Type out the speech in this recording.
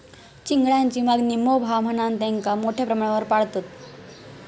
चिंगळांची मागणी मोप हा म्हणान तेंका मोठ्या प्रमाणावर पाळतत